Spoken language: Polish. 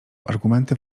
argumenty